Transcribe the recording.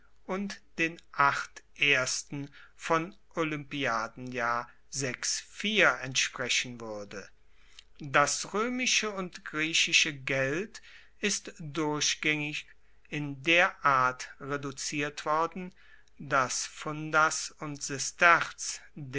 und den acht ersten von olympia entsprechen wuerde das roemische und griechische geld ist durchgaengig in der art reduziert worden dass pfundas und